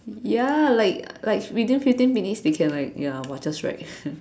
ya like like within fifteen minutes they can like ya !wah! just write